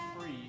free